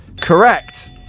Correct